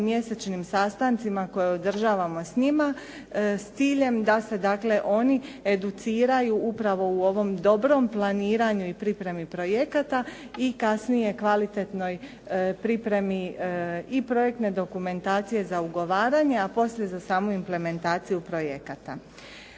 mjesečnim sastancima koja održavamo s njima, s ciljem da se dakle oni educiraju upravo u ovom dobrom planiranju i pripremi projekata i kasnije kvalitetnoj pripremi i projektne dokumentacije za ugovaranje, a poslije za samu implementaciju projekata.